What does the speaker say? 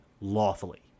lawfully